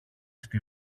στη